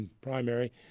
primary